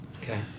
Okay